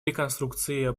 реконструкции